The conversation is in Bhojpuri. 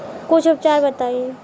कुछ उपचार बताई?